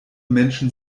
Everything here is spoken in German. menschen